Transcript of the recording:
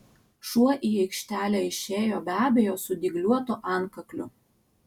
šuo į aikštelę išėjo be abejo su dygliuotu antkakliu